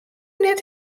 net